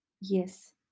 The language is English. Yes